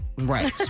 Right